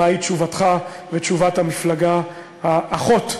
מהי תשובתך ותשובת המפלגה האחות,